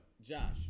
Josh